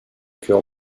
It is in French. cœur